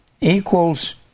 equals